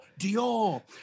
Dior